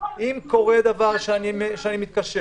אם קורה דבר שאני מתקשר,